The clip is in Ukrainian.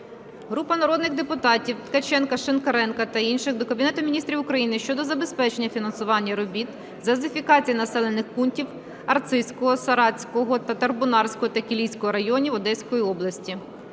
Групи народних депутатів (Ткаченка, Шинкаренка та інших) до Кабінету Міністрів України щодо забезпечення фінансування робіт з газифікації населених пунктів Арцизького, Саратського, Татарбунарського та Кілійського районів Одеської області.